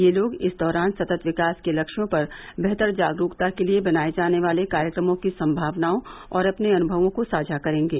यह लोग इस दौरान सतृत विकास के लक्ष्यों पर बेहतर जागरूकता के लिए बनाये जाने वाले कार्यक्रमों की संभावनाओं और अपने अनुभवों को साझा करेंगे